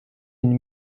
une